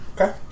Okay